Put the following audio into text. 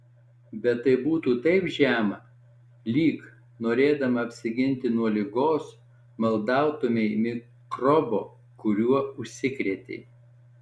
bet tai būtų taip žema lyg norėdama apsiginti nuo ligos maldautumei mikrobo kuriuo užsikrėtei